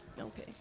Okay